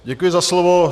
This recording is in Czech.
Děkuji za slovo.